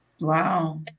Wow